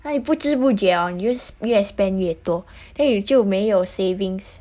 那你不知不觉 orh 你就越 spend 越多 then 你就没有 savings